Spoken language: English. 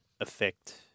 affect